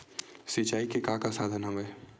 सिंचाई के का का साधन हवय?